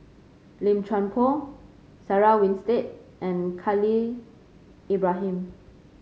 Lim Chuan Poh Sarah Winstedt and Khalil Ibrahim